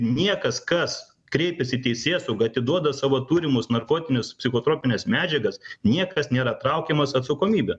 niekas kas kreipiasi į teisėsaugą atiduoda savo turimus narkotinius psichotropines medžiagas niekas nėra traukiamas atsakomybė